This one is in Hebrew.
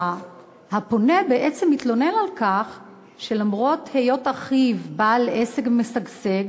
הפונה בעצם התלונן על כך שלמרות היות אחיו בעל עסק משגשג,